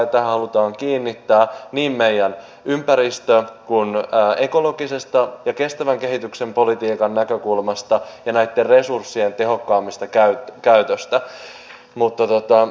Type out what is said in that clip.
tähän halutaan kiinnittää meidän ympäristö ja ekologisen ja kestävän kehityksen politiikan näkökulma ja näkee myös uusia tehokkaammista käy käy resurssien tehokkaampi käyttö